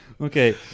okay